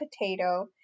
potato